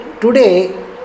today